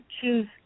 choose